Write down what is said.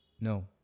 No